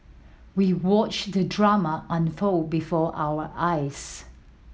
we watched the drama unfold before our eyes